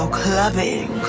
clubbing